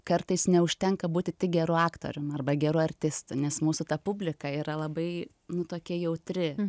kartais neužtenka būti tik geru aktoriumi arba geru artistu nes mūsų ta publika yra labai nu tokia jautri